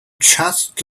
just